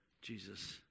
Jesus